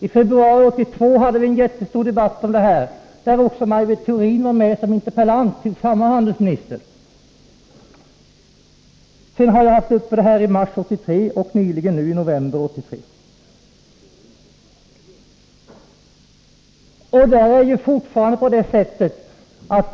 I februari 1982 hade vi en stor debatt om detta, där också Maj Britt Theorin var med som interpellant till samme handelsminister. Därefter har jag väckt frågan i mars 1983 och senast i november 1983.